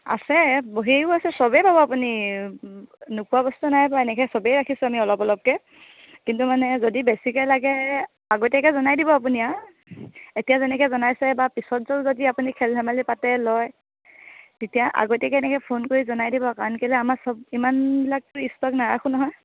আছে বহীও আছে চবেই পাব আপুনি নোপোৱা বস্তু নাই বা এনেকৈ চবেই ৰাখিছোঁ আমি অলপ অলপকৈ কিন্তু মানে যদি বেছিকৈ লাগে আগতীয়াকৈ জনাই দিব আপুনি আৰু এতিয়া যেনেকৈ জনাইছে বা পিছতো যদি আপুনি খেল ধেমালি পাতে লয় তেতিয়া আগতীয়াকৈ এনেকৈ ফোন কৰি জনাই দিব কাৰণ কেলৈ আমাৰ চব ইমানবিলাকতো ষ্টক নাৰাখো নহয়